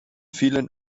vielen